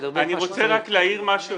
אני רוצה רק להעיר משהו